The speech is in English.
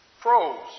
Pros